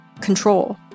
control